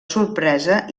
sorpresa